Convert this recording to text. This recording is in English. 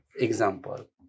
Example